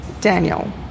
Daniel